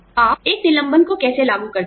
आप एक निलंबन को कैसे लागू करते हैं